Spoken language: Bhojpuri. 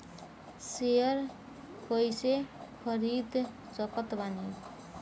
शेयर कइसे खरीद सकत बानी?